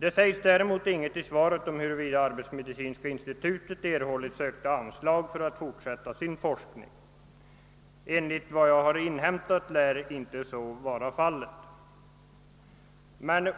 Det sägs däremot inget i svaret om huruvida arbetsmedicinska institutet erhållit sökta anslag för att fortsätta sin forskning. Enligt vad jag inhämtat lär så inte vara fallet.